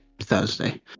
thursday